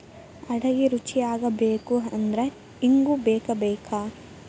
ಅಡಿಗಿ ರುಚಿಯಾಗಬೇಕು ಅಂದ್ರ ಇಂಗು ಬೇಕಬೇಕ